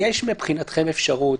יש מבחינתכם אפשרות,